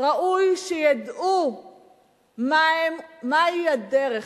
ראוי שידעו מהי הדרך,